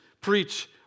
preach